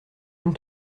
une